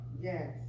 Yes